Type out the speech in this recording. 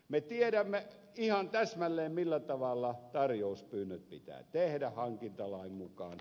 me tiedämme ihan täsmälleen millä tavalla tarjouspyynnöt pitää tehdä hankintalain mukaan